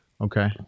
Okay